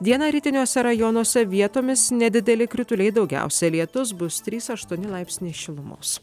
dieną rytiniuose rajonuose vietomis nedideli krituliai daugiausia lietus bus trys aštuoni laipsniai šilumos